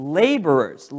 laborers